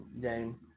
game